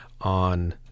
on